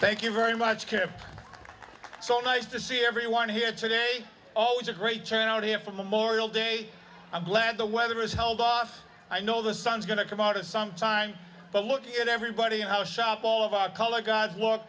thank you very much carol so nice to see everyone here today always a great turnout here for memorial day i'm glad the weather is held off i know the sun's going to come out at some time but look at everybody and how shop all of our colored gods wor